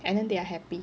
and then they are happy